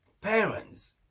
parents